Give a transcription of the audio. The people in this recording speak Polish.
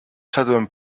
szedłem